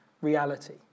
reality